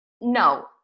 No